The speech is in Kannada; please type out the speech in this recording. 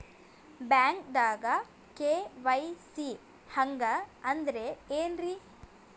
ಬ್ಯಾಂಕ್ದಾಗ ಕೆ.ವೈ.ಸಿ ಹಂಗ್ ಅಂದ್ರೆ ಏನ್ರೀ?